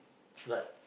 like